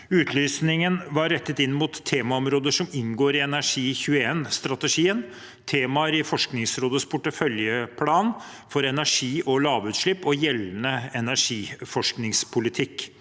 Utlysningen var rettet inn mot temaområder som inngår i Energi21-strategien, temaer i Forskningsrådets porteføljeplan for energi og lavutslipp og gjeldende energiforskningspolitikk.